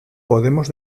podemos